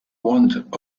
want